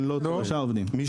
נכון.